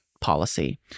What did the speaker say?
policy